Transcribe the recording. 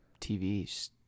TVs